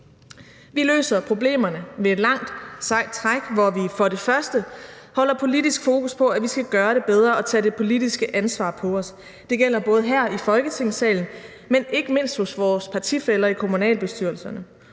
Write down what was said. Vi løser problemerne med et langt sejt træk, hvor vi for det første holder politisk fokus på, at vi skal gøre det bedre og tage det politiske ansvar på os. Det gælder både her i Folketingssalen, men ikke mindst hos vores partifæller i kommunalbestyrelserne.